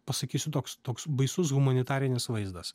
pasakysiu toks toks baisus humanitarinis vaizdas